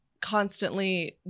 constantly